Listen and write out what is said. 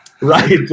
Right